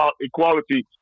equality